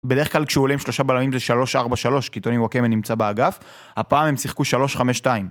בדרך כלל כשהוא עולה עם שלושה בלמים זה שלוש ארבע שלוש, כי טוני וואקמה נמצא באגף, הפעם הם שיחקו שלוש חמש שתיים.